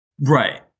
Right